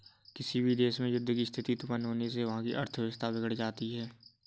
किसी भी देश में युद्ध की स्थिति उत्पन्न होने से वहाँ की अर्थव्यवस्था बिगड़ जाती है